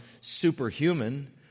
superhuman